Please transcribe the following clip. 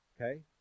okay